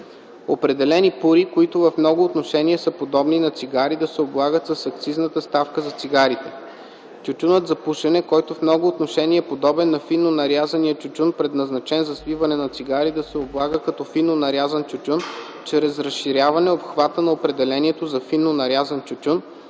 определени пури, които в много отношения са подобни на цигари, да се облагат с акцизната ставка за цигарите; - тютюнът за пушене, който в много отношения е подобен на фино нарязания тютюн, предназначен за свиване на цигари, да се облага като фино нарязан тютюн чрез разширяване обхвата на определението за фино нарязан тютюн